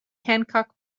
hancock